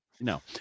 no